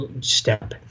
step